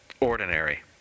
ordinary